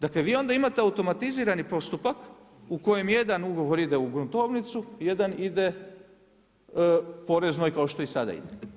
Dakle vi onda imate automatizirani postupak u kojem jedan ugovor ide u gruntovnicu, jedan ide poreznoj, kao što i sada ide.